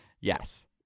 Yes